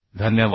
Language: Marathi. धन्यवाद